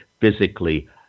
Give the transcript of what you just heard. physically